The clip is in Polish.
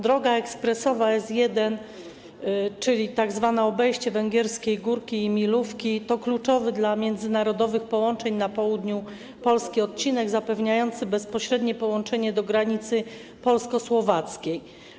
Droga ekspresowa S1, tzw. obejście Węgierskiej Górki i Milówki, to kluczowy dla międzynarodowych połączeń na południu Polski odcinek zapewniający bezpośrednie połączenie z granicą polsko-słowacką.